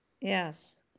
Yes